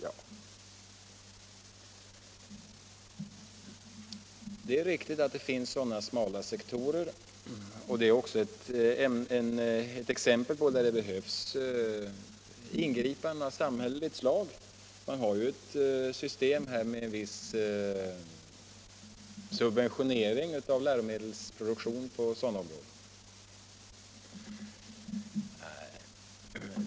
Ja, det är riktigt att det finns sådana smala sektorer, och de är också exempel på att det där behövs ingripanden av samhälleligt slag — man har ju ett system med en viss subventionering av läromedelsproduktionen på sådana områden.